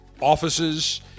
offices